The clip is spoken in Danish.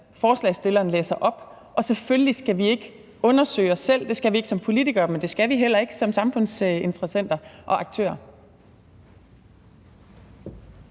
forslagsstilleren læser op, og selvfølgelig skal vi ikke undersøge os selv. Det skal vi ikke som politikere, men det skal vi heller ikke som samfundsinteressenter og -aktører.